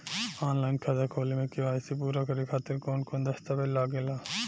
Online खाता खोले में के.वाइ.सी पूरा करे खातिर कवन कवन दस्तावेज लागे ला?